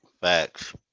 Facts